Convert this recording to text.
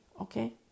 Okay